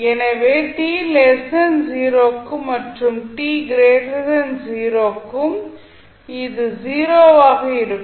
எனவே t 0 க்கும் மற்றும் t 0 க்கும் அது 0 ஆக இருக்கும்